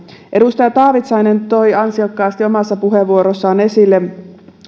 edustaja taavitsainen toi ansiokkaasti omassa puheenvuorossaan esille